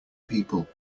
people